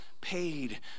paid